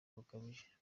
bukabije